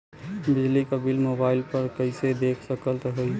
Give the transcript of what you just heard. बिजली क bill mobile पर कईसे देख सकत हई?